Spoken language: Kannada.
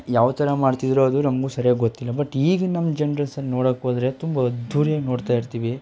ಯಾವ ಥರ ಮಾಡ್ತಿದ್ದರೋ ಅದು ನಮಗೂ ಸರಿಯಾಗಿ ಗೊತ್ತಿಲ್ಲ ಬಟ್ ಈಗಿನ ನಮ್ಮ ಜನ್ರೇಸನ್ ನೋಡೋಕ್ಕೋದರೆ ತುಂಬ ಅದ್ಧೂರಿಯಾಗಿ ನೋಡ್ತಾಯಿರ್ತೀವಿ